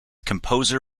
composer